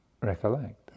Recollect